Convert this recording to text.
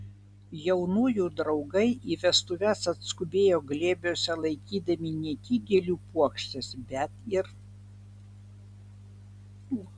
jaunųjų draugai į vestuves atskubėjo glėbiuose laikydami ne tik gėlių puokštes bet ir